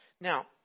Now